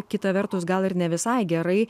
kita vertus gal ir ne visai gerai